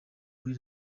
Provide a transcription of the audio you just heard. kuri